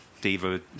Diva